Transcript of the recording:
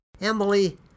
Emily